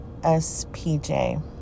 SPJ